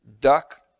duck